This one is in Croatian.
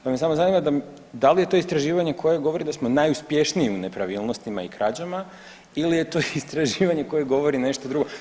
Pa me samo zanima da li je to istraživanje koje govori da smo najuspješniji u nepravilnostima i krađama ili je to istraživanje koje govori nešto drugo.